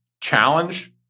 challenge